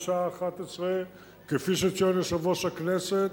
בשעה 11:00. כפי שציין יושב-ראש הכנסת,